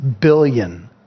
billion